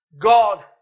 god